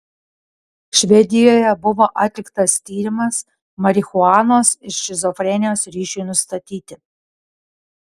švedijoje buvo atliktas tyrimas marihuanos ir šizofrenijos ryšiui nustatyti